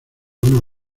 una